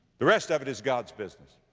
the rest of it is god's business.